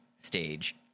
stage